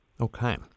Okay